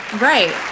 right